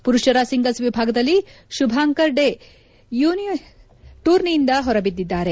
ಪುರುಷರ ಸಿಂಗಲ್ಸ್ ವಿಭಾಗದಲ್ಲಿ ಶುಭಾಂಕರ್ ಡೆ ಟೂರ್ನಿಯಿಂದ ಹೊರಬಿದ್ದಿದ್ದಾರೆ